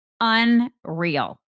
Unreal